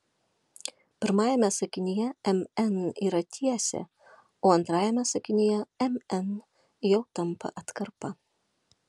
pirmajame sakinyje mn yra tiesė o antrajame sakinyje mn jau tampa atkarpa